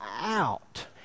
out